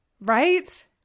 Right